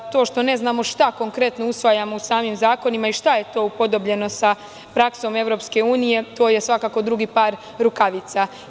To što ne znamo šta konkretno usvajamo samim zakonima i šta je to upodobljeno sa praksom EU, to je svakako drugi par rukavica.